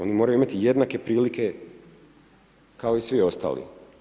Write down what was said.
Oni moraju imati jednake prilike kao i svi ostali.